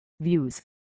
views